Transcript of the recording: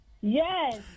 yes